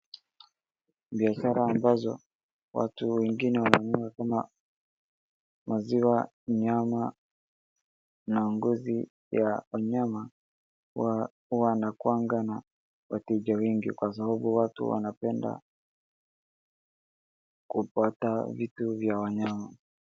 Biashara ambazo watu wengine wananua kama maziwa, nyama na ngozi ya wanyama. Huwa wanakuwanga na wateja wengi kwa sababu watu wanapenda kupata vitu vya wa nyama.